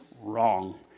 wrong